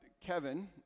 Kevin